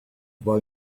boy